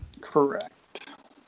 Correct